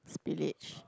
spillage